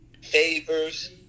Favors